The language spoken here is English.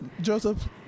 Joseph